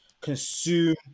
consume